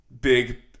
big